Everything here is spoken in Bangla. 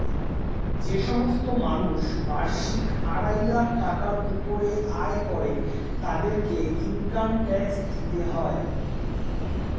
যে সমস্ত মানুষ বার্ষিক আড়াই লাখ টাকার উপরে আয় করে তাদেরকে ইনকাম ট্যাক্স দিতে হয়